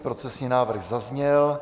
Procesní návrh zazněl.